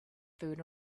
food